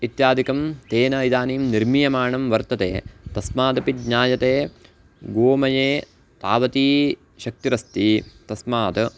इत्यादिकं तेन इदानीं निर्मीयमाणं वर्तते तस्मादपि ज्ञायते गोमये तावती शक्तिरस्ति तस्मात्